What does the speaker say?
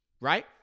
right